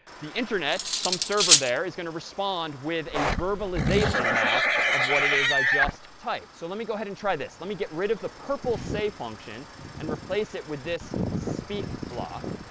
the internet, some server there, is going to respond with a verbalization now of what it is i just typed. so let me go ahead and try this. let me get rid of the purple say function and replace it with this speak block.